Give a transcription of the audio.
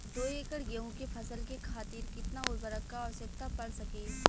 दो एकड़ गेहूँ के फसल के खातीर कितना उर्वरक क आवश्यकता पड़ सकेल?